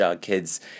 kids